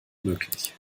möglich